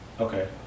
Okay